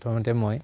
প্ৰথমতে মই